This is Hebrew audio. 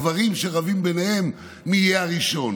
על הגברים שרבים ביניהם מי יהיה הראשון.